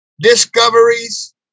discoveries